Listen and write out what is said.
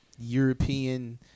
European